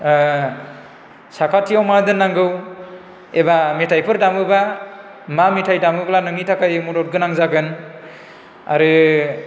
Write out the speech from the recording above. साखाथियाव मा दोननांगौ एबा मेथाइफोर दामोबा मा मेथाइ दामोब्ला नोंनि थाखाय मदद गोनां जागोन आरो